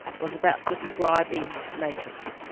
was about describing natives.